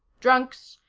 drunks,